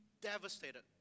devastated